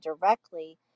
directly